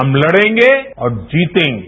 हम लड़ेंगे और जीतेंगे